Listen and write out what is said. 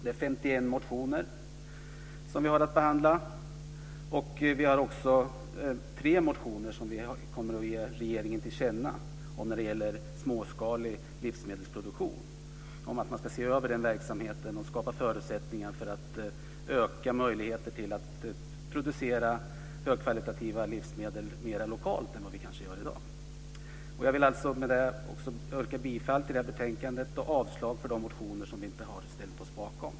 Vi har haft 51 motioner att behandla. Tre motioner har lett till tillkännagivanden till regeringen. Det gäller småskalig livsmedelsproduktion, att man ska se över den verksamheten och skapa förutsättningar för att öka möjligheterna att producera högkvalitativa livsmedel mer lokalt än vad vi kanske gör i dag. Jag vill med detta yrka bifall till hemställan i betänkandet och avslag på de motioner som vi inte har ställt oss bakom.